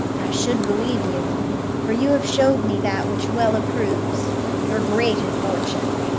i should believe you for you have show'd me that which well approves y'are great in fortune.